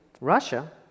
Russia